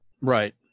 Right